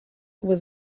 was